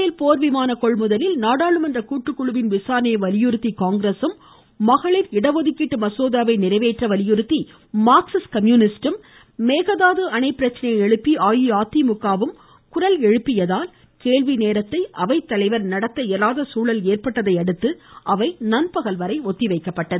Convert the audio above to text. பேல் போர் விமான கொள்முதலில் நாடாளுமன்ற கூட்டுக்குழுவின் விசாரணையை வலியுறுத்தி காங்கிரசும் மகளிர் இடஒதுக்கீட்டு மசோதாவை நிறைவேற்ற வலியுறுத்தி மார்க்சிஸ்ட் கம்யூனிஸ்டும் மேகதாது அணை பிரச்சனையை எழுப்பி அஇஅதிமுகவும் குரல் எழுப்பியதால் கேள்வி நேரத்தை அவைத்தலைவர் நடத்த இயலாத சூழல் ஏற்பட்டதையடுத்து அவை நண்பகல் வரை ஒத்திவைக்கப்பட்டது